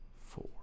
four